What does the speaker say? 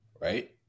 right